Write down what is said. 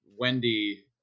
Wendy